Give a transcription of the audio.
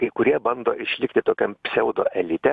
kai kurie bando išlikti tokiam pseudoelite